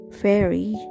fairy